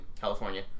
California